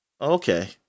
Okay